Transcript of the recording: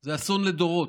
זה אסון לדורות.